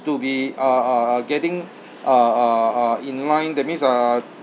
to be uh uh uh getting uh uh uh in line that means uh